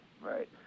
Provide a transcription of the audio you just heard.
right